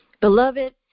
Beloved